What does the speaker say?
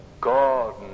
God